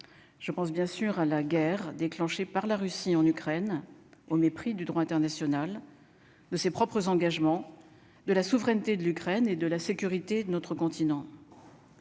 je pense bien sûr à la guerre déclenchée par la Russie, en Ukraine, au mépris du droit international, de ses propres engagements de la souveraineté de l'Ukraine et de la sécurité de notre continent.